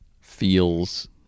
feels